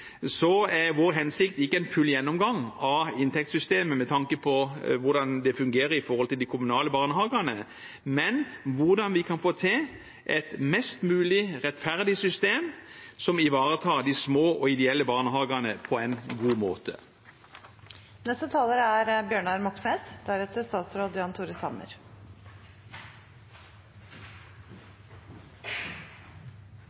er vår hensikt ikke en full gjennomgang av inntektssystemet med tanke på hvordan det fungerer i forhold til de kommunale barnehagene, men å se på hvordan vi kan få til et mest mulig rettferdig system som ivaretar de små og ideelle barnehagene på en god